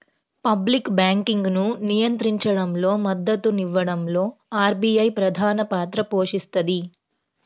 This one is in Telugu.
పబ్లిక్ బ్యాంకింగ్ను నియంత్రించడంలో, మద్దతునివ్వడంలో ఆర్బీఐ ప్రధానపాత్ర పోషిస్తది